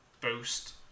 boost